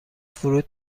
فروت